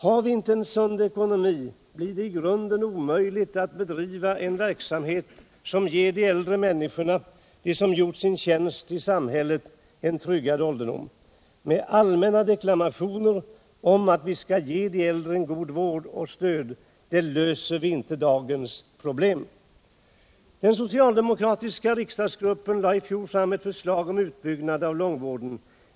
Har vi inte en sund ekonomi blir det i grunden omöjligt att bedriva en verksamhet som ger de äldre människorna, de som gjort sin tjänst i samhället, en tryggad ålderdom. Med allmänna deklarationer om att vi skall ge de äldre god vård och stöd löser vi inte dagens problem. Den socialdemokratiska riksdagsgruppen lade i fjol fram ett förslag om utbyggnad av långvården.